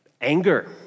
anger